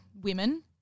women